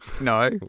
No